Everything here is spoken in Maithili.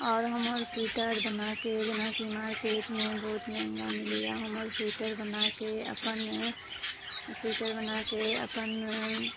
और हमर स्वेटर बनाके जेनाकि मार्केटमे बहुत मेहंगा मिलैए हमर स्वेटर बनाके अपन स्वेटर बनाके अपन